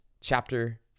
chapter